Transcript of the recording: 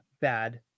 bad